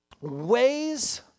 ways